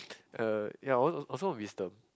uh yeah al~ also wisdom